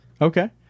Okay